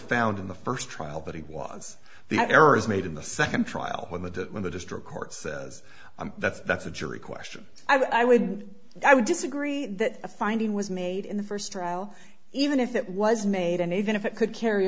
found in the first trial that he was the errors made in the second trial when the when the district court says that that's a jury question i would i would disagree that a finding was made in the first trial even if it was made and even if it could carry